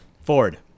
Ford